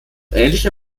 ähnliche